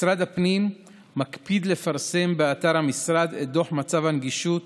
משרד הפנים מקפיד לפרסם באתר המשרד את דוח מצב הנגישות